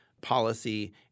policy